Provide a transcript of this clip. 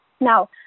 Now